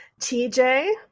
TJ